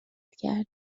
کردیم